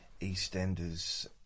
EastEnders